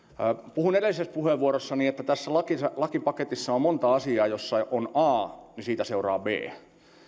puhuin edellisessä puheenvuorossani että tässä lakipaketissa on monta sellaista asiaa että jos on a niin siitä seuraa b